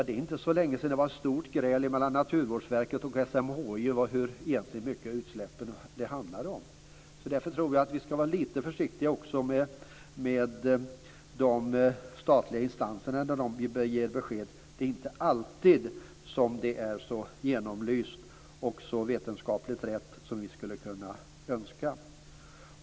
Det är inte så länge sedan det var ett stort gräl mellan Naturvårdsverket och SMHI om hur mycket utsläpp det egentligen handlar om. Därför tror jag att vi skall vara lite försiktiga också med de statliga instanserna när de ger besked. Det är inte alltid som det är så genomlyst och så vetenskapligt riktigt som vi skulle önska.